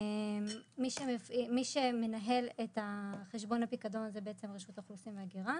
מי שמנהל את חשבון הפיקדון זו בעצם רשות האוכלוסין וההגירה.